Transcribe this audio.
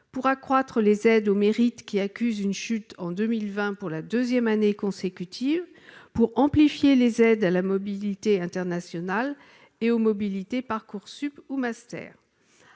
pour accroître les aides au mérite, qui accusent en 2020 une chute pour la deuxième année consécutive, pour amplifier les aides à la mobilité internationale et aux mobilités Parcoursup ou master.